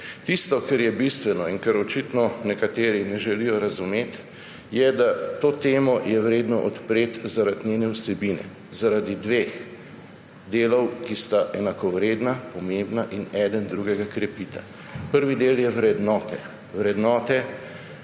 Tisto, kar je bistveno in česar očitno nekateri ne želijo razumeti, je, da je to temo vredno odpreti zaradi njene vsebine, zaradi dveh delov, ki sta enakovredna, pomembna in eden drugega krepita. Prvi del so vrednote. Vrednote,